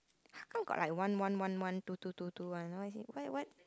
how come got like one one one one two two two two one why is it why why